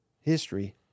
history